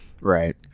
Right